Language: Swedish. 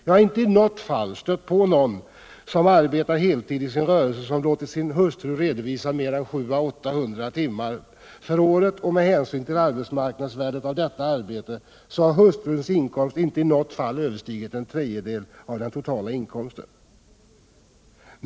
Jag har aldrig stött på någon, som arbetar heltid i sin rörelse, som låtit sin hustru redovisa mer än 700-800 timmar för året. Med hänsyn till arbetsmarknadsviärdet av detta arbete har hustruns inkomst inte i något fall överstigit en tredjedel av totala inkomsten.